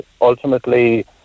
ultimately